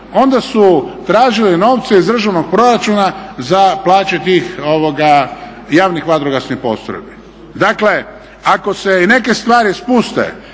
Onda su tražili novce iz državnog proračuna za plaće tih javnih vatrogasnih postrojbi. Dakle ako se i neke stvari spuste